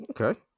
Okay